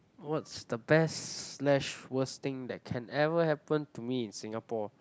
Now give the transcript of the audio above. what's the best slash worst thing that can ever happen to me in Singapore